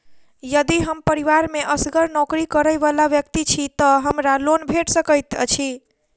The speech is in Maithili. यदि हम परिवार मे असगर नौकरी करै वला व्यक्ति छी तऽ हमरा लोन भेट सकैत अछि?